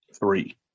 three